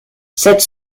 sept